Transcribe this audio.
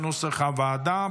כנוסח הוועדה,